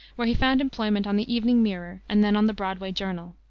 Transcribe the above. where he found employment on the evening mirror and then on the broadway journal.